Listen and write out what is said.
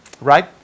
right